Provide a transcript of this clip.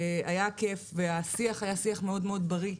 היה כיף והשיח היה שיח מאוד בריא,